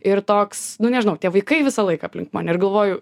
ir toks nu nežinau tie vaikai visą laiką aplink mane ir galvoju